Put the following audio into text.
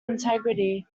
integrity